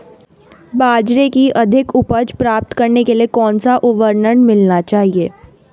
बाजरे की अधिक उपज प्राप्त करने के लिए कौनसा उर्वरक मिलाना चाहिए?